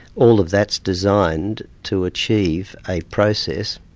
all of that's designed to achieve a process,